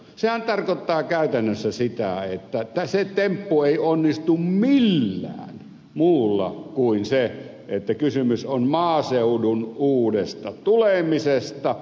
sehän tarkoittaa käytännössä sitä että se temppu ei onnistu millään muulla kuin sillä että kysymys on maaseudun uudesta tulemisesta